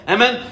Amen